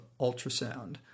ultrasound